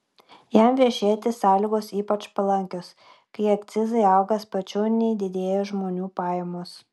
jam vešėti sąlygos ypač palankios kai akcizai auga sparčiau nei didėja žmonių pajamos